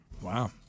Wow